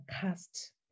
cast